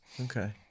Okay